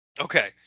Okay